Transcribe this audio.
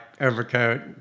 overcoat